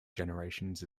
generations